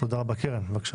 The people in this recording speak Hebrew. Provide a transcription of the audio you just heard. קרן ברק.